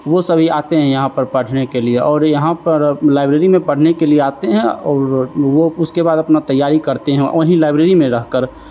वो सभी आते हैं यहाँ पर पढ़ने के लिए और यहाँ पर लाइब्रेरी में पढ़ने के लिए आते हैं और वो उसके बाद अपना तैयारी करते हैं वहीं लाइब्रेरी मे रह कर